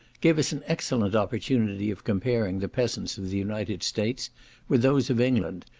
gave us an excellent opportunity of comparing the peasants of the united states with those of england,